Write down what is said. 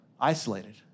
isolated